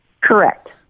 Correct